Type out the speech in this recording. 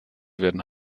werden